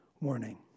warning